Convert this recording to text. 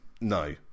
No